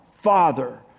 Father